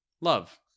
love